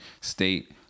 State